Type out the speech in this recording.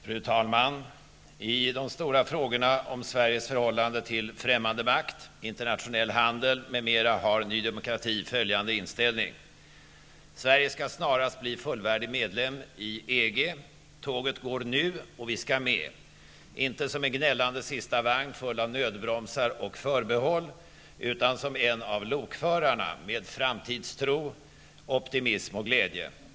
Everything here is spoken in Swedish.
Fru talman! I de stora frågorna om Sveriges förhållande till främmande makt, internationell handel m.m. har nydemokrati följande inställning. Sverige skall snarast bli fullvärdig medlem i EG. Tåget går nu, och vi skall med -- inte som en gnällande sista vagn full av nödbromsar och förbehåll, utan som en av lokförarna, med framtidstro, optimism och glädje.